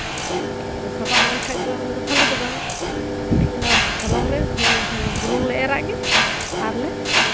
ᱥᱟᱵᱟᱜ ᱞᱮᱱ ᱠᱷᱟᱡ ᱫᱚ ᱛᱟᱦᱞᱮ ᱫᱚ ᱵᱟᱞᱤ ᱫᱚ ᱵᱟᱝ ᱠᱟᱹᱴᱤᱡ ᱚᱱᱟ ᱦᱚᱞᱚᱝ ᱨᱮ ᱵᱩᱞᱩᱝ ᱞᱮ ᱮᱨᱟᱜ ᱜᱮ ᱟᱨᱞᱮ